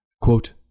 Quote